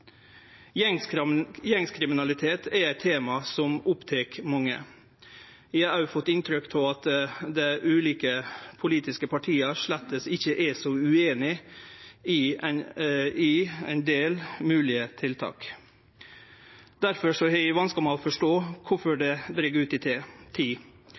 er eit tema som opptek mange. Eg har òg fått inntrykk av at dei ulike politiske partia slett ikkje er så ueinig i ein del moglege tiltak. Difor har eg vanskar med å forstå kvifor det dreg ut i tid.